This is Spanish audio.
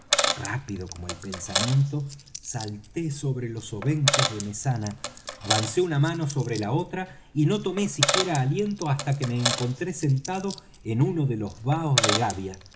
rápido como el pensamiento salté sobre los obenques de mesana avancé una mano sobre la otra y no tomé siquiera aliento hasta que me encontré sentado en uno de los baos de gavia